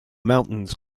mountains